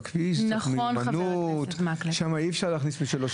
בכביש צריך מהימנות ושם אי-אפשר לשים מי